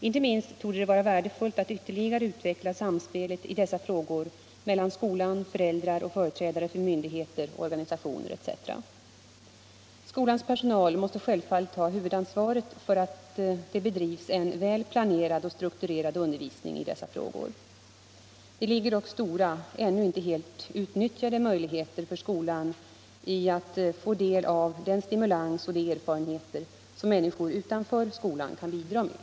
Inte minst torde det vara värdefullt att ytterligare utveckla samspelet i dessa frågor mellan skolan, föräldrar, företrädare för myndigheter, organisationer etc. Skolans personal måste självfallet ha huvudansvaret för att det bedrivs en väl planerad och strukturerad undervisning i dessa frågor. Det ligger dock stora, ännu inte helt utnyttjade möjligheter för skolan i att få del av den stimulans och de erfarenheter som människor utanför skolan kan bidra med.